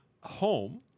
home